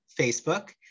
Facebook